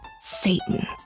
Satan